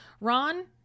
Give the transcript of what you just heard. Ron